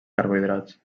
carbohidrats